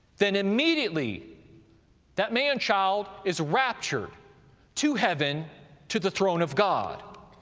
then immediately that man-child is raptured to heaven to the throne of god.